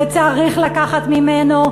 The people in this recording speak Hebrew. וצריך לקחת ממנו,